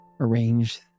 Arrange